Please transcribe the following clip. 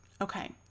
Okay